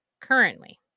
Currently